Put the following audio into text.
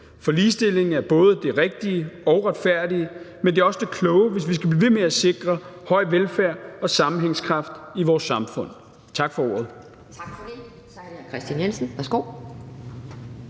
for ligestilling er både det rigtige og retfærdige, men også det kloge, hvis vi skal blive ved med at sikre høj velfærd og sammenhængskraft i vores samfund. Tak for ordet. Kl. 15:47 Anden næstformand (Pia